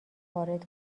وارد